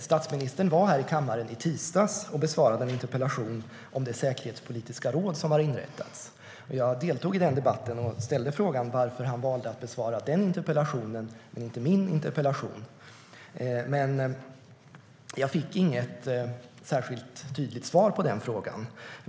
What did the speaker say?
Statsministern var i kammaren i tisdags och besvarade en interpellation om det säkerhetspolitiska råd som har inrättats. Jag deltog i den debatten och ställde frågan varför han valde att besvara den interpellationen och inte min, men jag fick inget särskilt tydligt svar.